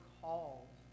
called